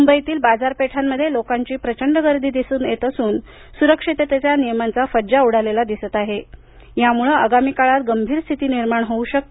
मुंबईतील बाजारपेठांमध्ये लोकांची प्रचंड गर्दी दिसून येत असून सुरक्षिततेच्या नियमांचा फज्जा उडालेला दिसत आहे यामुळे आगामी काळात गंभीर स्थिती निर्माण होऊ शकते